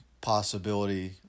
possibility